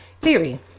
theory